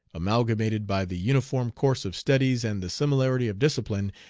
amalgamated by the uniform course of studies and the similarity of discipline,